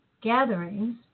gatherings